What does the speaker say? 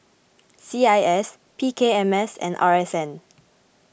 C I S P K M S and R S N